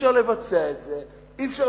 אי-אפשר לבצע את זה.